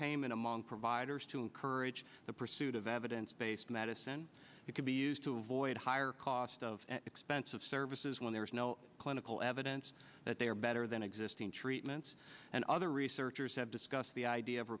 payment among providers to encourage the pursuit of evidence based medicine it can be used to avoid higher cost of expensive services when there is no clinical evidence that they are better than existing treatments and other researchers have discussed the idea of